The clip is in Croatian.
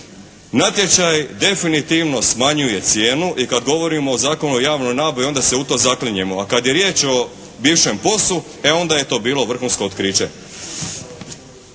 Natječaj definitivno smanjuje cijenu i kad govorimo o Zakonu o javnoj nabavi onda se u to zaklinjemo a kad je riječ o bivšem POS-u e onda je to bilo vrhunsko otkriće.